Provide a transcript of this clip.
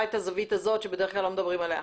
את הזווית הזאת שבדרך כלל לא מדברים עליה.